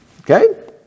Okay